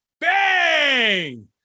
Bang